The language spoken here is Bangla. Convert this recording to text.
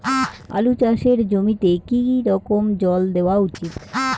আলু চাষের জমিতে কি রকম জল দেওয়া উচিৎ?